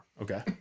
Okay